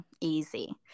Easy